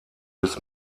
bis